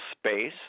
space